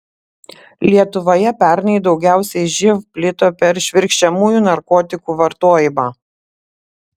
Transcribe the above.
lietuvoje pernai daugiausiai živ plito per švirkščiamųjų narkotikų vartojimą